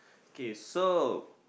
okay so